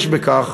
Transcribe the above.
יש בכך,